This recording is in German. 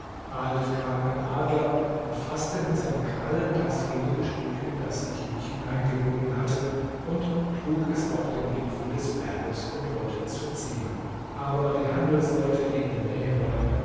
bald kam ein adler und faßte mit seinen krallen dasjenige stück in das ich mich hineingebunden hatte und trug es auf den gipfel des berges und wollte es verzehren aber die handelsleute die in der nähe waren